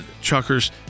truckers